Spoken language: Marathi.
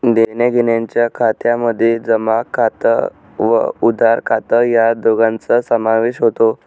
देण्याघेण्याच्या खात्यामध्ये जमा खात व उधार खात या दोघांचा समावेश होतो